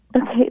Okay